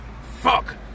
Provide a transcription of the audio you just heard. fuck